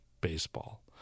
baseball